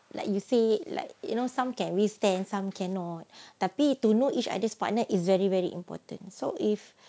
like you say like you know some can we stand some cannot tapi to know each other's partner is very very important so if